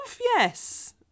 yes